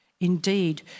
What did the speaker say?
Indeed